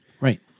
Right